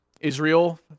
Israel